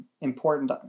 important